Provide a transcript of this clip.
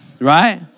Right